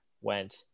went